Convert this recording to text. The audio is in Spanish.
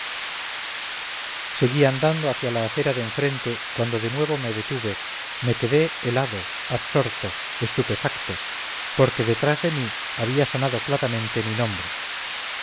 seguí andando hacia la acera de enfrente cuando de nuevo me detuve me quedé helado absorto estupefacto porque detrás de mí había sonado claramente mi nombre